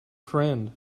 friend